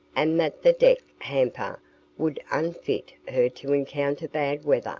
and that the deck hamper would unfit her to encounter bad weather.